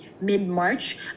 mid-March